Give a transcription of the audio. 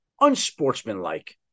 unsportsmanlike